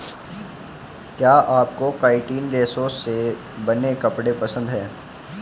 क्या आपको काइटिन रेशे से बने कपड़े पसंद है